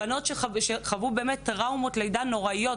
בנות שחוו טראומת לידה נוראית,